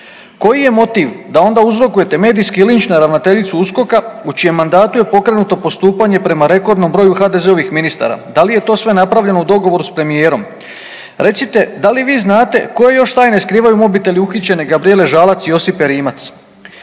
Koji je motiv da onda uzrokujete medijski linč na ravnateljicu USKOK-a u čijem mandatu je pokrenuto postupanje prema rekordnom broju HDZ-ovih ministara? Da l je sve to napravljeno u dogovoru s premijerom? Recite, da li vi znate koje još tajne skrivaju mobiteli uhićene Gabrijele Žalac i Josipe Rimac?